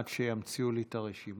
עד שימציאו לי את הרשימה.